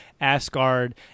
Asgard